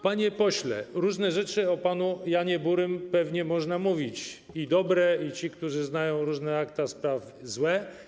Panie pośle, różne rzeczy o panu Janie Burym pewnie można mówić, i dobre, a ci, którzy znają różne akta spraw, może złe.